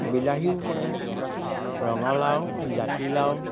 বিলাহীও পৰে ৰঙালাও জাতিলাও